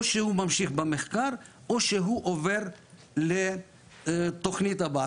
או שהוא ממשיך במחקר או שהוא עובר לתוכנית הבאה.